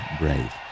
brave